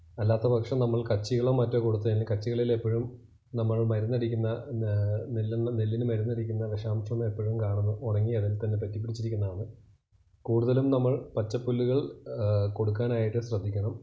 അല്ലാത്ത പക്ഷം നമ്മള് കച്ചികളോ മറ്റോ കൊടുത്ത് കഴിഞ്ഞാൽ കച്ചികളിൽ എപ്പോഴും നമ്മള് മരുന്ന് അടിക്കുന്ന നെല്ലണ്ണ നെല്ലിന് മരുന്ന് അടി വിഷാംശം എപ്പോഴും കാണുന്നത് ഉണങ്ങിയെടത്ത് അതിനെ പറ്റി പിടിച്ചിരിക്കുന്നതാണ് കൂടുതലും നമ്മള് പച്ചപ്പുല്ലുകള് കൊടുക്കാനായിട്ട് ശ്രദ്ധിക്കണം